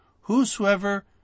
Whosoever